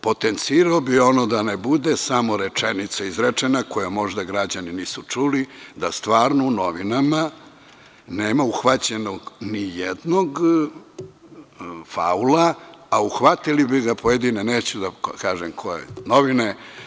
Potencirao bih ono da ne bude samo rečenica izrečena koju možda građani nisu čuli, da stvarno u novinama nema uhvaćenog ni jednog faula, a uhvatili bi ga pojedine, neću da kažem koje novine.